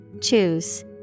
Choose